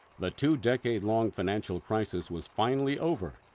the two decade long financial crisis was finally over,